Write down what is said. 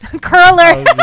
curler